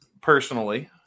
personally